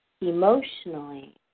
emotionally